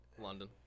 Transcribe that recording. London